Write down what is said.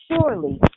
surely